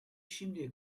şimdiye